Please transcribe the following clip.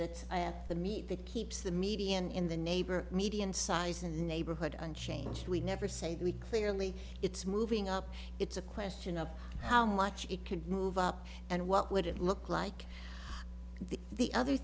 that i had to meet the keeps the median in the neighbor median size in the neighborhood unchanged we never say we clearly it's moving up it's a question of how much it could move up and what would it look like the the